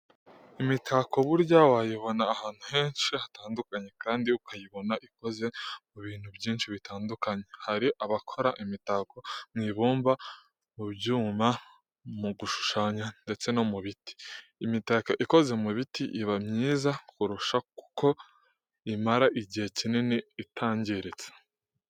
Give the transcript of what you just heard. Imitako burya wayibona ahantu henshi hatandukanye kandi ukayibona ikoze mu bintu byinshi bitandukanye. Hari abakora imitako mu ibumba, mu byuma, mu gushushanya, ndetse no mu biti. Imitako ikoze mu biti iba myiza kurusha kuko imara igihe kinini itangiritse.